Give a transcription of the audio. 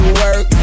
work